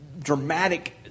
dramatic